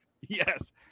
Yes